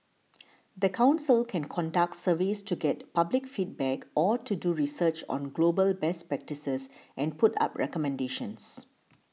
the council can conduct surveys to get public feedback or to do research on global best practices and put up recommendations